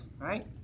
right